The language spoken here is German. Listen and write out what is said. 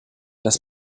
das